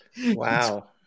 Wow